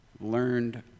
Learned